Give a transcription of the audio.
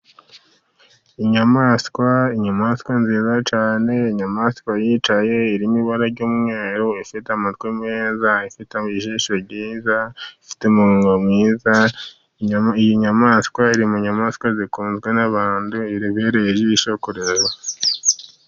Inyamaswa, inyamaswa nziza cyane, inyamaswa yicaye, irimo ibara ry'umweru, ifite amatwi meza, ifite ijisho ryiza, ifite umunwa mwiza, iyi nyamaswa iri mu nyamaswa zikunzwe n'abantu, ibereye ijisho kureba.